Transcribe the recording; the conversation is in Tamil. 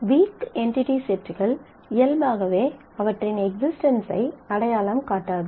வீக் என்டிடி செட்கள் இயல்பாகவே அவற்றின் எக்ஸிஸ்டென்ஸ் ஐ அடையாளம் காட்டாது